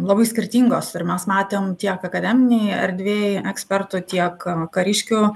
labai skirtingos ir mes matėm tiek akademinėj erdvėj ekspertų tiek kariškių